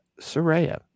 Soraya